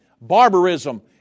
Barbarism